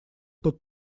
тот